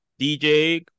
DJ